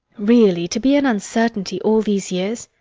really, to be in uncertainty all these years!